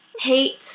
Hate